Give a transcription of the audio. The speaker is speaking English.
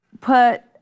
put